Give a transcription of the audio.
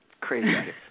Crazy